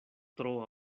tro